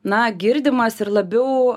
na girdimas ir labiau